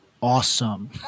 Awesome